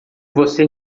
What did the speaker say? você